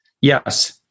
yes